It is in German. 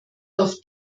auf